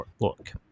look